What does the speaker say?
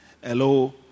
hello